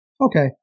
Okay